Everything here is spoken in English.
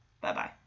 Bye-bye